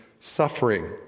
suffering